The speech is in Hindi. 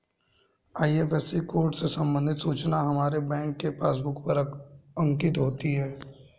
आई.एफ.एस.सी कोड से संबंधित सूचना हमारे बैंक के पासबुक पर अंकित होती है